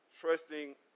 Trusting